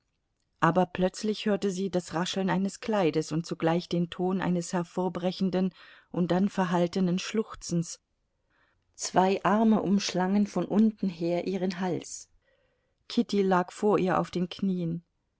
aber plötzlich hörte sie das rascheln eines kleides und zugleich den ton eines hervorbrechenden und dann verhaltenen schluchzens zwei arme umschlangen von unten her ihren hals kitty lag vor ihr auf den knien